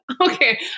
Okay